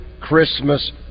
Christmas